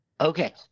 Okay